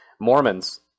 Mormons